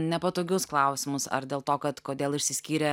nepatogius klausimus ar dėl to kad kodėl išsiskyrė